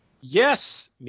Yes